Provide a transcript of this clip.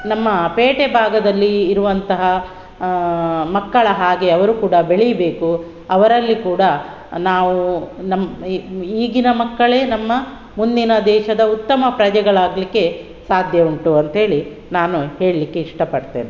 ನಮ್ಮ ಪೇಟೆ ಭಾಗದಲ್ಲಿ ಇರುವಂತಹ ಮಕ್ಕಳ ಹಾಗೆ ಅವರು ಕೂಡ ಬೆಳೀಬೇಕು ಅವರಲ್ಲಿ ಕೂಡ ನಾವು ನಮ್ಮ ಈಗಿನ ಮಕ್ಕಳೇ ನಮ್ಮ ಮುಂದಿನ ದೇಶದ ಉತ್ತಮ ಪ್ರಜೆಗಳಾಗಲಿಕ್ಕೆ ಸಾಧ್ಯ ಉಂಟು ಅಂಥೇಳಿ ನಾನು ಹೇಳಲಿಕ್ಕೆ ಇಷ್ಟಪಡ್ತೇನೆ